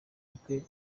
bukwe